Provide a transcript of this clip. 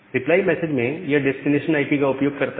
reply message में यह destination IP का उपयोग करता है